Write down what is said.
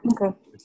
okay